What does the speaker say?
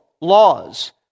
laws